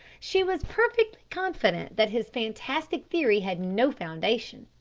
she was perfectly confident that his fantastic theory had no foundation,